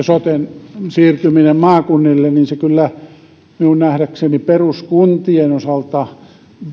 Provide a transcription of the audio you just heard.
soten siirtyminen maakunnille toteutuvat niin se kyllä minun nähdäkseni peruskuntien osalta